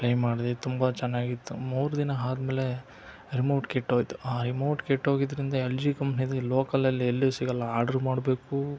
play ಮಾಡಿದೆ ತುಂಬ ಚೆನ್ನಾಗಿತ್ತು ಮೂರು ದಿನ ಆದಮೇಲೆ ರಿಮೋಟ್ ಕೆಟ್ಟೋಯಿತು ಆ ರಿಮೋಟ್ ಕೆಟ್ಟು ಹೋಗಿದ್ದರಿಂದ ಎಲ್ ಜಿ ಕಂಪ್ನೀದು ಲೋಕಲಲ್ಲಿ ಎಲ್ಲೂ ಸಿಗೋಲ್ಲ ಆರ್ಡ್ರು ಮಾಡಬೇಕು